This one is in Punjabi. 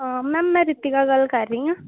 ਮੈਮ ਮੈਂ ਰੀਤੀਕਾ ਗੱਲ ਕਰ ਰਹੀ ਹਾਂ